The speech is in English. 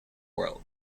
world